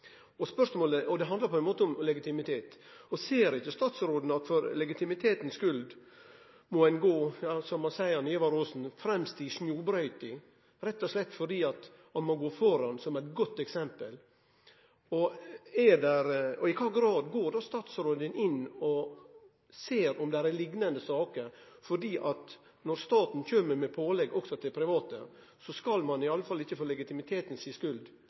Det handlar på ein måte om legitimitet. Ser ikkje statsråden at for legitimitetens skuld må ein gå – som han seier, han Ivar Aasen – fremst i snjobrøyti, rett og slett fordi ein må gå føre med eit godt eksempel? I kva grad går statsråden inn og ser om det er liknande saker? For når staten kjem med pålegg til private, skal ein